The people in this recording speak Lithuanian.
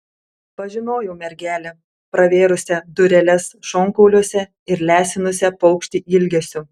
pažinojau mergelę pravėrusią dureles šonkauliuose ir lesinusią paukštį ilgesiu